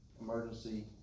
emergency